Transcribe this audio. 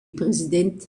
präsident